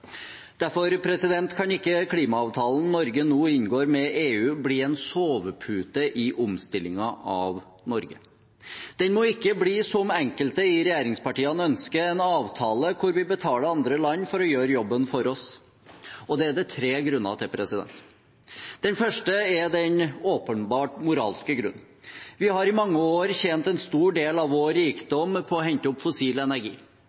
Derfor kan ikke klimaavtalen Norge nå inngår med EU, bli en sovepute i omstillingen av Norge. Den må ikke bli – som enkelte i regjeringspartiene ønsker – en avtale hvor vi betaler andre land for å gjøre jobben for oss. Det er det tre grunner til. Den første er den åpenbare moralske grunnen: Vi har i mange år tjent en stor del av vår rikdom på å hente opp fossil energi